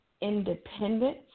independence